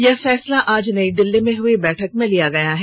यह फैसला आज नई दिल्लीं में हुई बैठक में लिया गया है